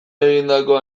egindako